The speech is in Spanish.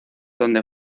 donde